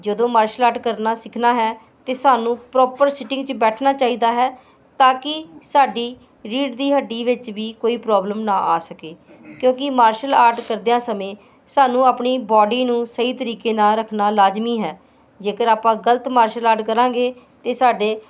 ਜਦੋਂ martial art ਕਰਨਾ ਸਿੱਖਣਾ ਹੈ ਤਾਂ ਸਾਨੂੰ ਪ੍ਰੋਪਰ ਸਿਟਿੰਗ 'ਚ ਬੈਠਣਾ ਚਾਹੀਦਾ ਹੈ ਤਾਂ ਕਿ ਸਾਡੀ ਰੀੜ੍ਹ ਦੀ ਹੱਡੀ ਵਿੱਚ ਵੀ ਕੋਈ ਪ੍ਰੋਬਲਮ ਨਾ ਆ ਸਕੇ ਕਿਉਂਕਿ ਮਾਰਸ਼ਲ ਆਰਟ ਕਰਦਿਆਂ ਸਮੇਂ ਸਾਨੂੰ ਆਪਣੀ ਬਾਡੀ ਨੂੰ ਸਹੀ ਤਰੀਕੇ ਨਾਲ ਲਾਜ਼ਮੀ ਹੈ ਜੇਕਰ ਆਪਾਂ ਗਲਤ ਮਾਸ਼ਲ ਆਰਟ ਕਰਾਂਗੇ ਤਾਂ ਸਾਡੇ